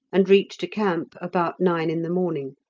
and reached a camp about nine in the morning,